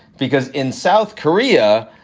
because in south korea,